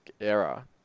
era